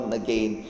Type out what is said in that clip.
again